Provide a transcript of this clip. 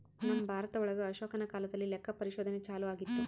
ನಮ್ ಭಾರತ ಒಳಗ ಅಶೋಕನ ಕಾಲದಲ್ಲಿ ಲೆಕ್ಕ ಪರಿಶೋಧನೆ ಚಾಲೂ ಆಗಿತ್ತು